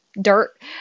dirt